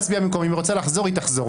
אם היא רוצה לחזור היא תחזור.